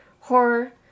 horror